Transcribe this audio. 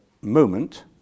moment